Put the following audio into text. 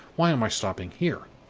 why am i stopping here?